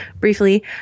briefly